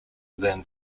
within